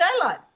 daylight